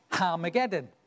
Armageddon